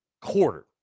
quarter